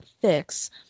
fix